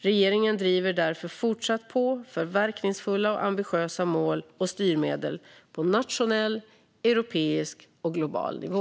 Regeringen driver därför fortsatt på för verkningsfulla och ambitiösa mål och styrmedel på nationell, europeisk och global nivå.